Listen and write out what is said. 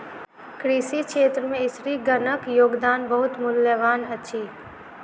कृषि क्षेत्र में स्त्रीगणक योगदान बहुत मूल्यवान अछि